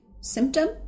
symptom